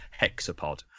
hexapod